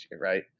right